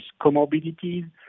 comorbidities